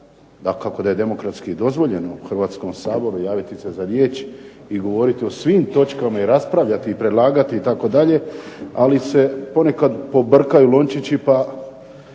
dakako da je demokratski i dozvoljeno u Hrvatskom saboru javiti se za riječ i govoriti o svim točkama i raspravljati i predlagati itd. Ali se ponekad pobrkaju lončići pa